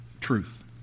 truth